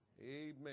amen